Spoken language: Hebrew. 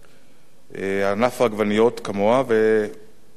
כמו ענף העגבניות, ולפנות לענפים אחרים.